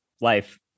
life